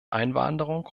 einwanderung